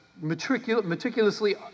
meticulously